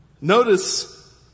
Notice